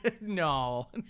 no